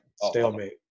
Stalemate